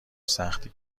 سختی